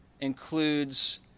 includes